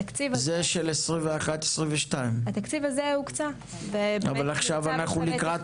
זה של 2022-2021. התקציב הזה הוקצה והוא באמת נמצא בשלבי תכנון.